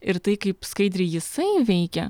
ir tai kaip skaidriai jisai veikia